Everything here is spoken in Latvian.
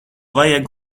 vajag